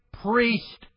Priest